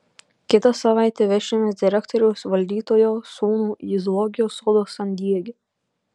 kitą savaitę vešimės direktoriaus valdytojo sūnų į zoologijos sodą san diege